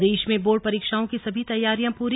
प्रदेश में बोर्ड परीक्षाओं की सभी तैयारियां पूरी